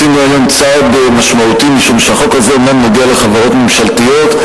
נוגע לחברות ממשלתיות,